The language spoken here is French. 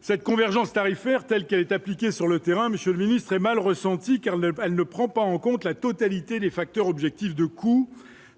cette convergence tarifaire telle qu'elle est appliquée sur le terrain, monsieur le ministre est mal ressentie car elle ne prend pas en compte la totalité des facteurs objectifs de coûts,